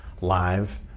live